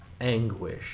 anguish